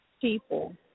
people